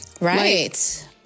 Right